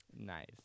Nice